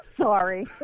Sorry